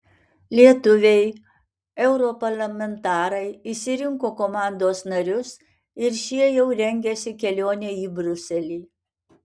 lietuviai europarlamentarai išsirinko komandos narius ir šie jau rengiasi kelionei į briuselį